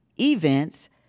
events